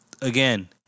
again